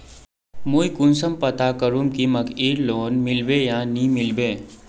मुई कुंसम करे पता करूम की मकईर लोन मिलबे या नी मिलबे?